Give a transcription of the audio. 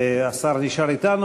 השר נשאר אתנו.